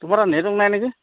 তোমাৰ তাত নেটৱৰ্ক নাই নেকি